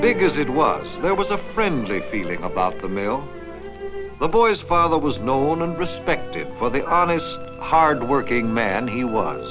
because it was there was a friendly feeling about the mail the boy's father was known and respected for the honest hard working man he was